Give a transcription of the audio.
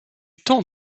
temps